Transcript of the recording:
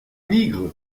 bigre